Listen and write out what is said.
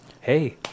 hey